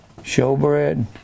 showbread